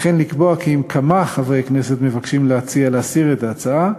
וכן לקבוע כי אם כמה חברי כנסת מבקשים להציע להסיר את ההצעה,